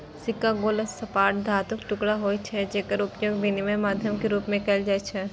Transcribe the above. सिक्का गोल, सपाट धातुक टुकड़ा होइ छै, जेकर उपयोग विनिमय माध्यम के रूप मे कैल जाइ छै